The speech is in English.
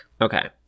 Okay